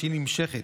הן בניחומי המשפחות